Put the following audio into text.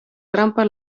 trampa